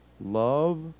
Love